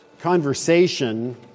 Conversation